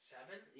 Seven